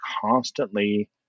constantly